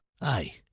Aye